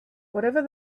whatever